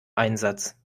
einsatz